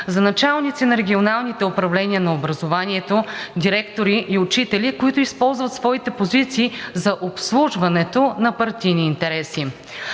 за началници на регионалните управления на образованието, директори и учители, които използват своите позиции за обслужването на партийни интереси.